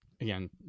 again